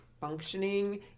functioning